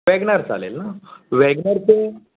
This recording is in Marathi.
वॅगन आर चालेल ना वॅगन आरचे